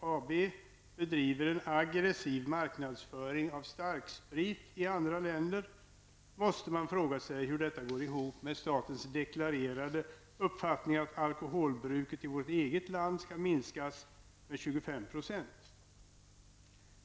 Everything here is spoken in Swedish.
AB, bedriver aggressiv marknadsföring av starksprit i andra länder måste man fråga sig hur detta går ihop med statens deklarerade uppfattning att alkoholbruket i vårt eget land skall minskas med 25 %.